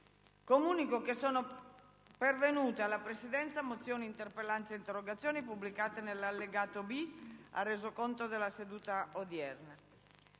Comunico che sono pervenute alla Presidenza mozioni e interrogazioni, pubblicate nell'allegato B al Resoconto della seduta odierna.